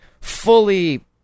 fully